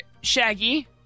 Shaggy